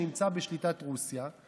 שנמצא בשליטת רוסיה.